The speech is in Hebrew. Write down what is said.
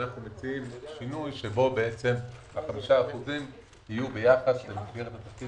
אנחנו מציעים שינוי שבו 5% יהיו ביחס למסגרת התקציב